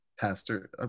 pastor